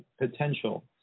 potential